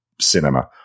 cinema